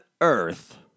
Earth